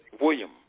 William